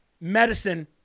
medicine